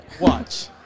Watch